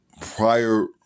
prior